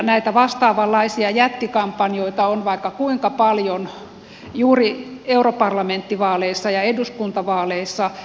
näitä vastaavanlaisia jättikampanjoita on vaikka kuinka paljon juuri europarlamenttivaaleissa ja eduskuntavaaleissa